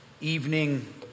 evening